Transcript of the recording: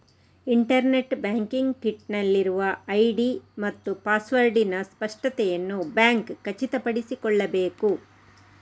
internet banking kit ನಲ್ಲಿರುವ ID ಮತ್ತು ಪಾಸ್ವರ್ಡಿನ ಸ್ಪಷ್ಟತೆಯನ್ನು ಬ್ಯಾಂಕ್ ಖಚಿತಪಡಿಸಿಕೊಳ್ಳಬೇಕು